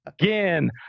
Again